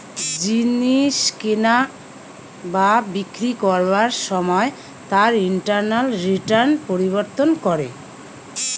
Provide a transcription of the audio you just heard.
জিনিস কিনা বা বিক্রি করবার সময় তার ইন্টারনাল রিটার্ন পরিবর্তন করে